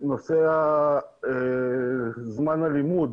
בנושא זמן הלימוד